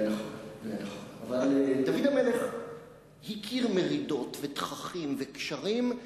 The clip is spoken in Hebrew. זה נכון, אבל דוד המלך הכיר מרידות, תככים וקשרים,